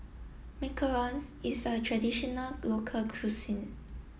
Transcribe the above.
Macarons is a traditional local cuisine